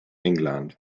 england